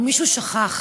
פה מישהו שכח